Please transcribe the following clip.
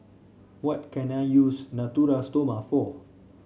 what can I use Natura Stoma for